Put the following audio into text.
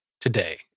Today